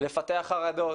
לפתח חרדות,